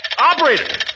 Operator